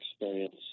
experience